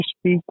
speak